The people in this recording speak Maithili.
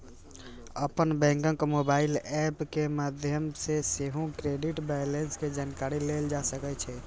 अपन बैंकक मोबाइल एप के माध्यम सं सेहो क्रेडिट बैंलेंस के जानकारी लेल जा सकै छै